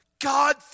God